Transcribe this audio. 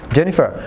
Jennifer